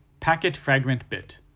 packet fragment bit.